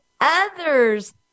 others